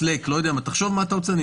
אני לא יודע מה, תחשוב מה אתה רוצה.